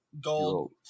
Gold